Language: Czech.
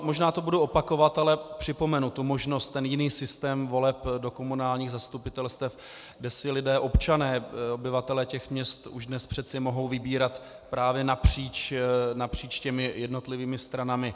Možná to budu opakovat, ale připomenu tu možnost, ten jiný systém voleb do komunálních zastupitelstev, kde si lidé, občané, obyvatelé těch měst už dnes přece mohou vybírat právě napříč jednotlivými stranami.